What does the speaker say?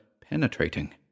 penetrating